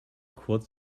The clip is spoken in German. kurz